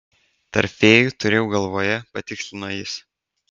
tarp fėjų turėjau galvoje patikslino jis